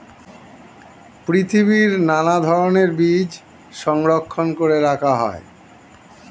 পৃথিবীর নানা ধরণের বীজ সংরক্ষণ করে রাখা হয়